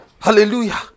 Hallelujah